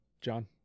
john